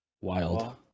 wild